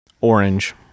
Orange